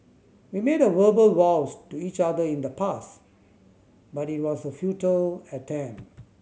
we made a verbal vows to each other in the past but it was a futile attempt